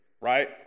right